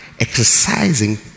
exercising